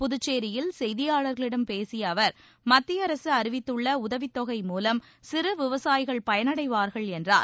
புதுச்சேரியில் செய்தியாளர்களிடம் பேசிய அவர் மத்திய அரசு அறிவித்துள்ள உதவித்தொகை மூலம் சிறு விவசாயிகள் பயனடைவார்கள் என்றார்